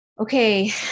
Okay